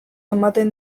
ematen